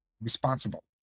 responsible